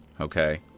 okay